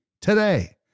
today